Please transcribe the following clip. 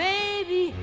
Baby